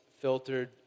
filtered